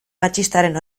matxistaren